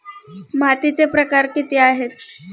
मातीचे प्रकार किती आहेत?